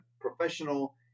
professional